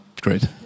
great